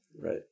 Right